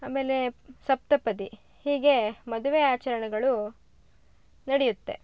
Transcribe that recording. ಆಮೇಲೆ ಸಪ್ತಪದಿ ಹೀಗೆ ಮದುವೆ ಆಚರಣೆಗಳು ನಡೆಯುತ್ತೆ